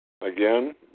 Again